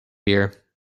here